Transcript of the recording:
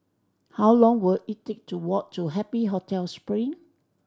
how long will it take to walk to Happy Hotel Spring